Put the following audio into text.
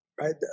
right